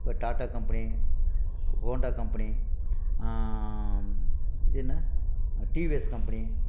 இப்போ Tata company Honda company இது என்ன டிவிஎஸ் கம்பனி